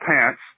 pants